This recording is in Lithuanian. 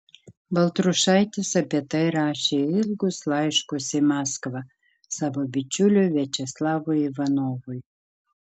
baltrušaitis apie tai rašė ilgus laiškus į maskvą savo bičiuliui viačeslavui ivanovui